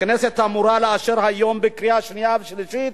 הכנסת אמורה לאשר היום בקריאה שנייה ושלישית